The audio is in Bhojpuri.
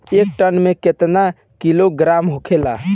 एक टन मे केतना किलोग्राम होखेला?